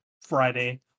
Friday